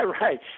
right